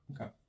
Okay